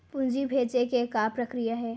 पूंजी भेजे के का प्रक्रिया हे?